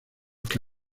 que